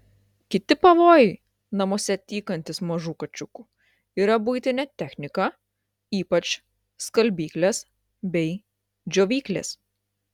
kiti pavojai namuose tykantys mažų kačiukų yra buitinė technika ypač skalbyklės bei džiovyklės